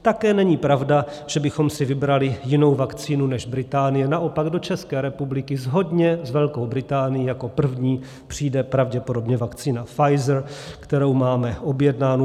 Také není pravda, že bychom si vybrali jinou vakcínu než Británie, naopak do České republiky shodně s Velkou Británií jako první přijde pravděpodobně Pfizer, kterou máme objednánu.